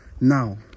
Now